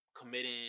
committing